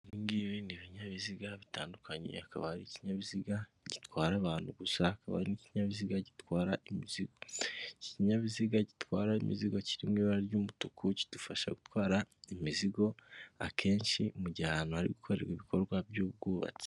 Ibi ngibi ni ibinyabiziga bitandukanye hakaba hari ikinyabiziga gitwara abantu gusa, hakaba hari n'ikinyabiziga gitwara imizigo. Iki ikinyabiziga gitwara imizigo kiri mu ibara ry'umutuku kidufasha gutwara imizigo akenshi mu gihe ahantu hari gukorerwa ibikorwa by'ubwubatsi.